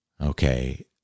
Okay